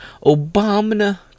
Obama